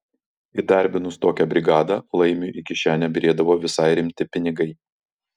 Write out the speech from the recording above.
įdarbinus tokią brigadą laimiui į kišenę byrėdavo visai rimti pinigai